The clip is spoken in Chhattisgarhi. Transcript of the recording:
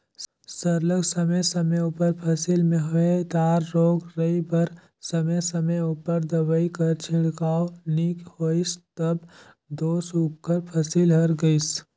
सरलग समे समे उपर फसिल में होए दार रोग राई बर समे समे उपर दवई कर छिड़काव नी होइस तब दो सुग्घर फसिल हर गइस